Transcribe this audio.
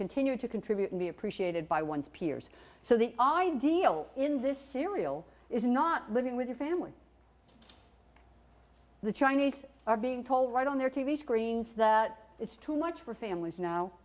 contribute and be appreciated by one's peers so the ideal in this cereal is not living with your family the chinese are being told right on their t v screens that it's too much for families now